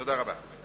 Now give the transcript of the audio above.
תודה רבה.